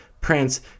Prince